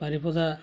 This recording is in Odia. ବାରିପଦା